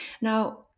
now